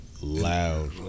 loud